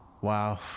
wow